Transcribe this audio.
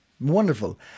wonderful